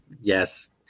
Yes